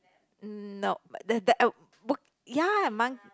nope the the uh ya mon~